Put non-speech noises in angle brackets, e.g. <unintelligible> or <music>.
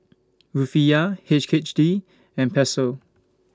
Rufiyaa H K <unintelligible> D and Peso